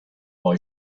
boy